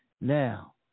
Now